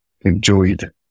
enjoyed